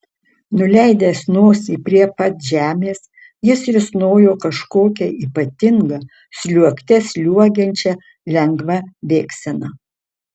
nuleidęs nosį prie pat žemės jis risnojo kažkokia ypatinga sliuogte sliuogiančia lengva bėgsena